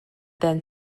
then